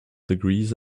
degrees